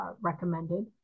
recommended